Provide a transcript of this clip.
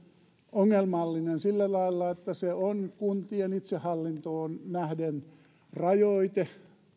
ongelmallinen sillä lailla että se on kuntien itsehallintoon nähden rajoite